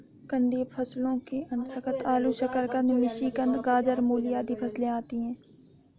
कंदीय फसलों के अंतर्गत आलू, शकरकंद, मिश्रीकंद, गाजर, मूली आदि फसलें आती हैं